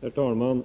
Herr talman!